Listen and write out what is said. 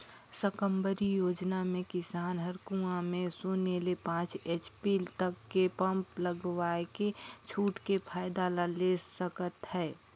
साकम्बरी योजना मे किसान हर कुंवा में सून्य ले पाँच एच.पी तक के पम्प लगवायके छूट के फायदा ला ले सकत है